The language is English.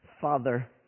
Father